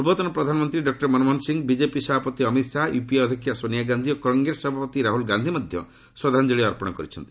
ପୂର୍ବତନ ପ୍ରଧାମନ୍ତ୍ରୀ doctor Manmohan Singh BJP ସଭାପତି ଅମିତ ଶାହା ୟୁପିଏ ଅଧ୍ୟକ୍ଷା ସୋନିଆ ଗାନ୍ଧି ଓ କଂଗ୍ରେସ ସଭାପତି ରାହୁଳ ଗାନ୍ଧି ମଧ୍ୟ ଶ୍ରଦ୍ଧାଞ୍ଜଳୀ ଅର୍ପଣ କରିଛନ୍ତି